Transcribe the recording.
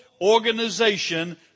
organization